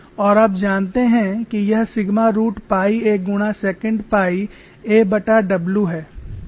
और आप जानते हैं कि यह सिग्मा रूट पाई a गुणा सेकेंट पाई aw है